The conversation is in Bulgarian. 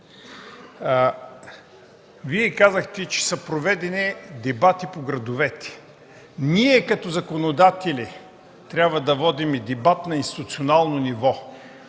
Вие казахте, че са проведени дебати по градовете. Ние като законодатели трябва да водим дебат на институционално ниво.